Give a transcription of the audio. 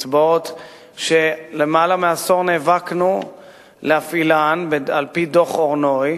קצבאות שלמעלה מעשור נאבקנו להפעילן על-פי דוח אור-נוי,